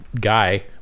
guy